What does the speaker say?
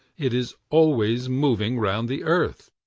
it is always moving round the earth.